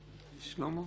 שלמה,